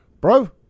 Bro